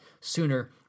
sooner